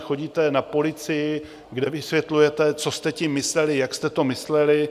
Chodíte na policii, kde vysvětlujete, co jste tím mysleli, jak jste to mysleli.